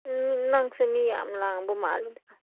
ꯎꯝ ꯅꯪꯁꯦ ꯃꯤ ꯌꯥꯝ ꯂꯥꯡꯕ ꯃꯥꯜꯂꯤꯗ